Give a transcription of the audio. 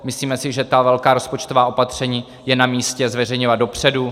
Myslíme si, že ta velká rozpočtová opatření je namístě zveřejňovat dopředu.